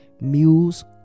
mules